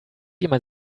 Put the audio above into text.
jemand